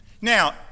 Now